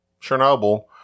Chernobyl